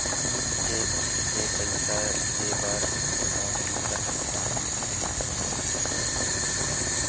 Cheque से पईसा दे बर ओहा दुसर खाता म मिल जाही?